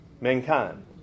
mankind